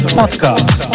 podcast